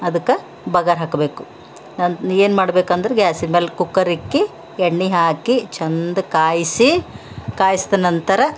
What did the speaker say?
ಅದಕ್ಕೆ ಬಗರ್ ಹಾಕಬೇಕು ನಾನ್ ಏನ್ಮಾಡ್ಬೇಕಂದ್ರೆ ಗ್ಯಾಸಿನ ಮೇಲೆ ಕುಕ್ಕರ್ ಇಕ್ಕಿ ಎಣ್ಣಿ ಹಾಕಿ ಚೆಂದ ಕಾಯಿಸಿ ಕಾಯ್ಸಿದ ನಂತರ